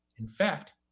in fact,